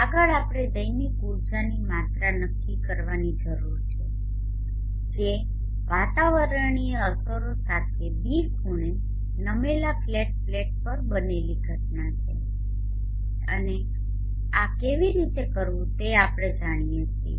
આગળ આપણે દૈનિક ઊર્જાની માત્રા નક્કી કરવાની જરૂર છે જે વાતાવરણીય અસરો સાથે β ખૂણે નમેલા ફ્લેટ પ્લેટ પર બનેલી ઘટના છે અને આ કેવી રીતે કરવું તે આપણે જાણીએ છીએ